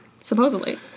supposedly